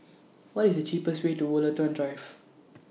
What IS The cheapest Way to Woollerton Drive